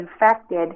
infected